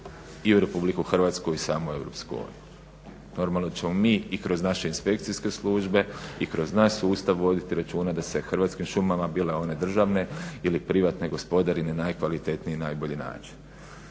i u RH i samo u EU. Normalno da ćemo mi i kroz naše inspekcijske službe i kroz naš sustav voditi računa da se hrvatskim šumama bile one državne ili privatne gospodari na najkvalitetniji i najbolji način.